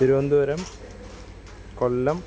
Thiruvananthapuram Kollam